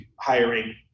hiring